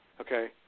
okay